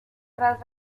tras